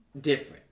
different